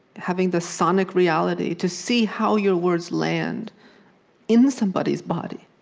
having the sonic reality, to see how your words land in somebody's body,